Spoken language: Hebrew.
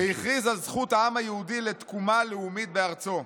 " והכריז על זכות העם היהודי לתקומה לאומית בארצו.